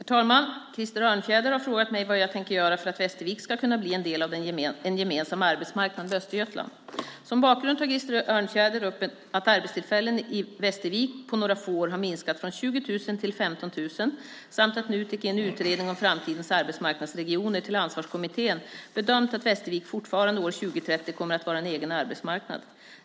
Herr talman! Krister Örnfjäder har frågat mig vad jag tänker göra för att Västervik ska kunna bli en del av en gemensam arbetsmarknad med Östergötland. Som bakgrund tar Krister Örnfjäder upp att arbetstillfällena i Västervik på några få år har minskat från 20 000 till 15 000 samt att Nutek i en utredning om framtidens arbetsmarknadsregioner till Ansvarskommittén bedömt att Västervik fortfarande år 2030 kommer att vara en egen arbetsmarknad.